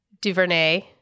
DuVernay